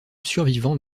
survivant